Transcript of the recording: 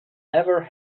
never